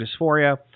dysphoria